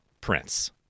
Prince